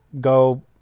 go